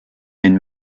den